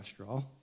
cholesterol